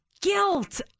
guilt